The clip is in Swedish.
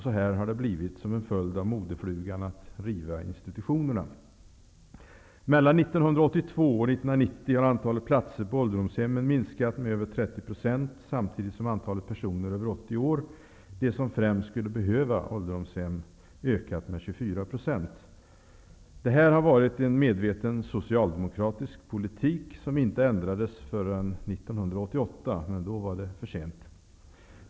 Så här har det blivit som en följd av modeflugan att så att säga riva institutionerna. samtidigt som antalet personer över 80 år, de som främst skulle behöva ålderdomshem, har ökat med 24 %. Det har varit en medveten socialdemokratisk politik, som inte ändrades förrän 1988, och då var det för sent.